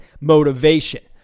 motivation